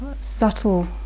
subtle